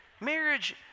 Marriage